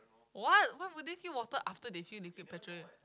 what why would they fill water after they fill liquid petroleum